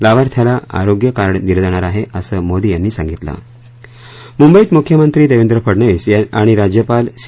लाभार्थ्यांला आरोग्य कार्ड दिलं जाणार आहे असं मोदी यांनी सांगितलं मुंबईत मुख्यमंत्री देवेंद्र फडनवीस आणि राज्यपाल सी